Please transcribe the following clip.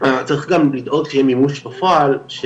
צריך גם לדאוג שיהיה מימוש בפועל של